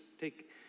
take